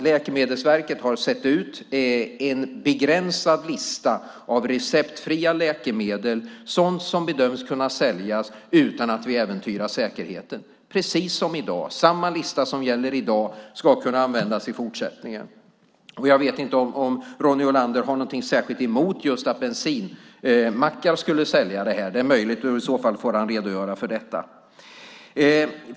Läkemedelsverket har gjort en begränsad lista av receptfria läkemedel, sådant som bedöms kunna säljas utan att vi äventyrar säkerheten, precis som i dag. Samma lista som gäller i dag ska kunna användas i fortsättningen. Jag vet inte om Ronny Olander har någonting särskilt emot att just bensinmackar skulle sälja det här. Det är möjligt. I så fall får han redogöra för detta.